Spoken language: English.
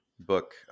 book